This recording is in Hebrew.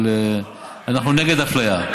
אבל אנחנו נגד אפליה.